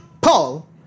Paul